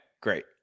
great